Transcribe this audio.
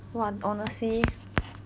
!wah! honestly